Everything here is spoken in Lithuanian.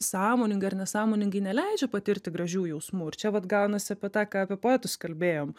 sąmoningai ar nesąmoningai neleidžia patirti gražių jausmų ir čia vat gaunasi apie tą ką apie poetus kalbėjom